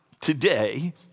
today